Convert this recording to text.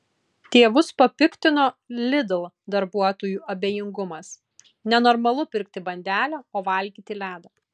tėvus papiktino lidl darbuotojų abejingumas nenormalu pirkti bandelę o valgyti ledą